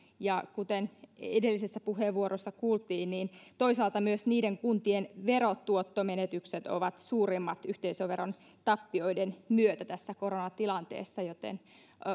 ja kuten edellisessä puheenvuorossa kuultiin niin toisaalta myös niiden kuntien verotuottomenetykset ovat suurimmat yhteisöveron tappioiden myötä tässä koronatilanteessa joten